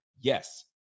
Yes